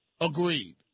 Agreed